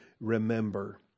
remember